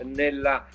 nella